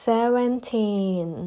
Seventeen